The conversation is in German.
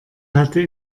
hatte